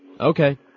Okay